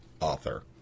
author